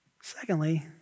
Secondly